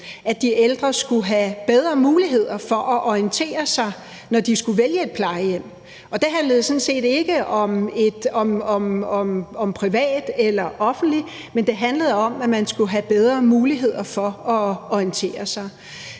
at de ældre skulle have bedre muligheder for at orientere sig, når de skulle vælge et plejehjem. Og det handlede sådan set ikke om privat eller offentligt, men det handlede om, at man skulle have bedre muligheder for at orientere sig.